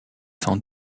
sans